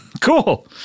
Cool